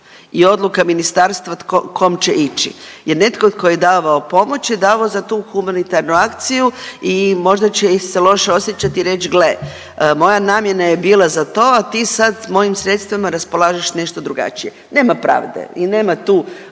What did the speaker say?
i odluka ministarstva kom će ići jer netko tko je davao pomoć je davao za tu humanitarnu akciju i možda će se loše osjećat i reć gle moja namjena je bila za to, a ti sad s mojim sredstvima raspolažeš nešto drugačije. Nema pravde i nema tu